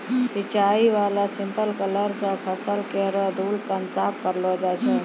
सिंचाई बाला स्प्रिंकलर सें फसल केरो धूलकण साफ करलो जाय छै